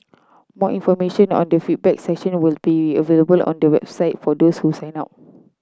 more information on the feedback session will be available on the website for those who sign up